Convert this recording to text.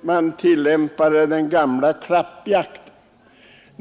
Man tillämpade den gamla klappjakten.